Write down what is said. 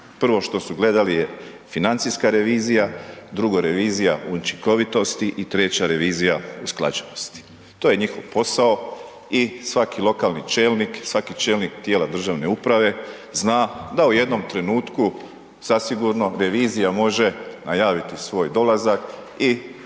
Prvo što su gledali je, financijska revizija, drugo, revizija učinkovitosti i treća, revizija usklađenosti. To je njihov posao i svaki lokalni čelnik, svaki čelnik tijela državne uprave zna da u jednom trenutku zasigurno revizija može najaviti svoj dolazak i